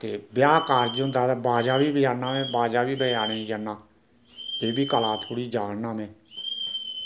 ते ब्याह् कारज होंदा ता बाज़ा बी बज़ाना में बाज़ा बी बज़ाने जन्ना एह्बी कला थोह्ड़ी जानना में